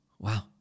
Wow